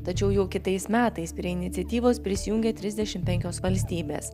tačiau jau kitais metais prie iniciatyvos prisijungė trisdešimt penkios valstybės